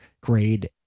grade